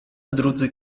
drudzy